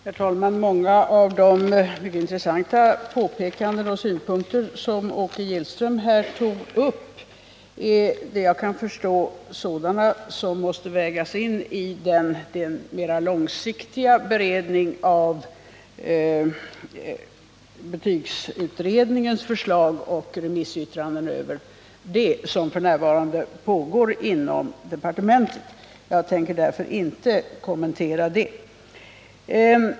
Herr talman! Många av de mycket intressanta påpekanden och synpunkter som Åke Gillström här tog upp är vad jag kan förstå sådana som måste vägas in i den mera långsiktiga beredning av betygsutredningens förslag och remissyttrandena över det som f. n. pågår inom departementet. Jag tänker därför inte kommentera dem.